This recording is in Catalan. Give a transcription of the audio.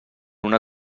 una